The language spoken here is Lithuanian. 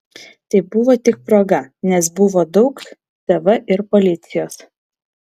tai buvo tik proga nes buvo daug tv ir policijos